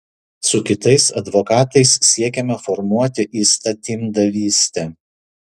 su kitais advokatais siekiame formuoti įstatymdavystę